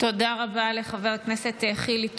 תודה רבה לחבר הכנסת חילי טרופר.